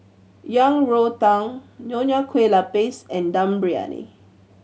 Yang Rou Tang Nonya Kueh Lapis and Dum Briyani